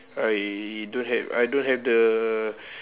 I don't have I don't have the